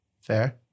Fair